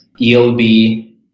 ELB